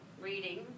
reading